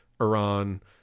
iran